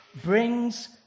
brings